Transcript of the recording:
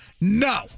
No